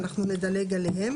ואנחנו נדלג עליהם.